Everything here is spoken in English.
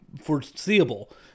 foreseeable